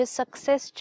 success